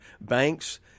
Banks